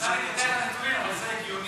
את הנתונים, אבל זה הגיוני.